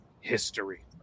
history